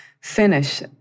finish